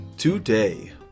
Today